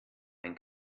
ein